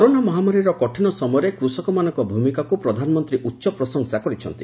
corona ମହାମାରୀର କଠିନ ସମୟରେ କୃଷକମାନଙ୍କ ଭୂମିକାକୁ ପ୍ରଧାନମନ୍ତ୍ରୀ ଉଚ୍ଚ ପ୍ରଶଂସା କରିଛନ୍ତି